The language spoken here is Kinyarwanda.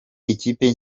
ikipe